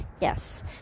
yes